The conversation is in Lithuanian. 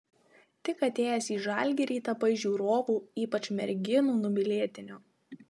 tik atėjęs į žalgirį tapai žiūrovų ypač merginų numylėtiniu